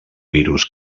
virus